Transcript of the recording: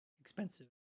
expensive